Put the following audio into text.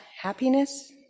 happiness